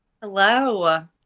Hello